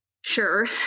sure